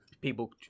people